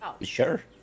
Sure